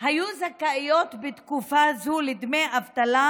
היו זכאיות בתקופה הזו לדמי אבטלה,